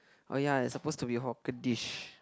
orh ya it's supposed to be hawker dish